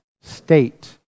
state